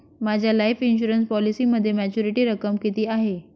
माझ्या life insurance पॉलिसीमध्ये maturity रक्कम किती आहे?